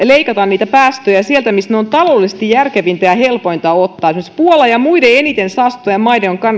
leikata niitä päästöjä sieltä mistä ne on taloudellisesti järkevintä ja helpointa ottaa esimerkiksi puolan ja muiden eniten saastuttavien maiden on